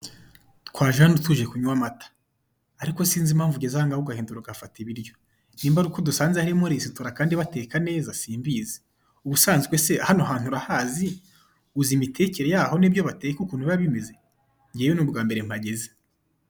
Twaje hano tuje kunywa amat ariko sinzi impamvu ugeze ahangaha ugahindura ugafata ibiryo niba ari uko dusanze harimo resitora kandi bakaba bateka neza simbizi, ubusanzwe se hano hantu urahazi uzi imitekere yaho n'ibyo bateka ukuntu biba bimeze? Ngewe ni ubwambere mbageze.